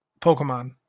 Pokemon